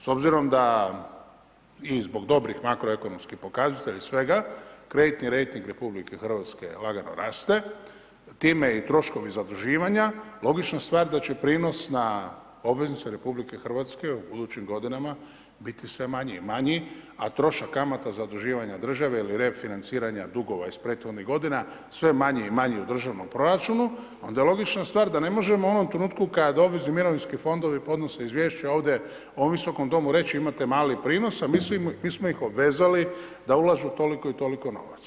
S obzirom da i zbog dobrih makro-ekonomskih pokazatelja i svega, kreditni rejting RH lagano raste, time i troškovi zaduživanja, logična stvar da će prinos na obveznice RH u budućim godinama biti sve manji i manji, a trošak kamata, zaduživanja države ili refinanciranja dugova iz prethodnih godina sve manji i manji u državnom proračunu, onda je logična stvar da ne možemo u onom trenutku kad obvezni mirovinski fondovi podnose izvješća ovdje u visokom domu reći imate mali prinos, a mi smo ih obvezali da ulažu toliko i toliko novaca.